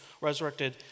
resurrected